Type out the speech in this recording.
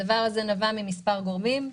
הדבר הזה נבע ממספר גורמים.